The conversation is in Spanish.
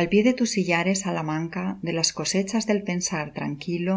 al pie de tus sillares salamanca de las cosechas del pensar tranquilo